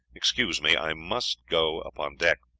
excuse me i must go upon deck.